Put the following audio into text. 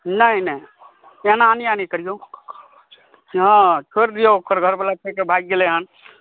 नहि नहि ऐना अन्याय नहि करियौ हँ छोड़ि दियौ ओकर घरवला छोड़िक भागि गेलय हँ